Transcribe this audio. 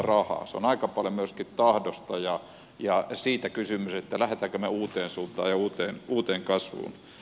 se on aika paljon myöskin tahdosta ja siitä kysymys lähdemmekö me uuteen suuntaan ja uuteen kasvuun